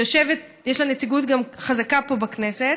שיש לה גם נציגות חזקה פה בכנסת,